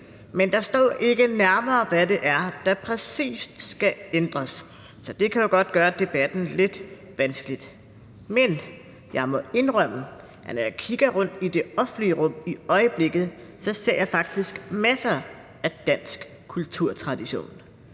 men der står ikke nærmere, hvad det præcis er, der skal ændres, så det kan jo godt gøre debatten lidt vanskelig. Men jeg må indrømme, at jeg, når jeg kigger rundt i det offentlige rum i øjeblikket, så faktisk ser masser af dansk kulturtradition